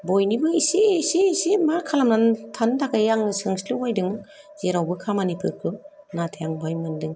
बयनिबो एसे एसे एसे मा खालामनानै थानो थाखाय सोंस्लुबायदों जेरावबो खामानिफोरखौ नाथाय आं बेवहाय मोनदों